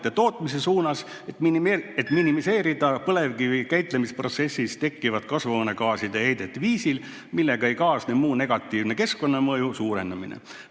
tootmise suunas, et minimeerida põlevkivi käitlemisprotsessis tekkivat kasvuhoonegaaside heidet viisil, millega ei kaasne muu negatiivse keskkonnamõju suurenemine.